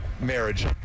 marriage